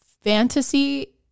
fantasy